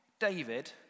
David